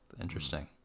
Interesting